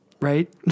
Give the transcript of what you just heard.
Right